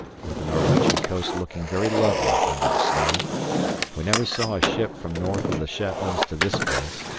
with the norwegian coast looking very lovely under the snow we never saw a ship from north of the shetlands to this place,